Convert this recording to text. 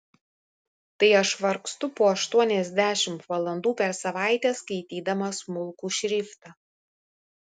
tai aš vargstu po aštuoniasdešimt valandų per savaitę skaitydama smulkų šriftą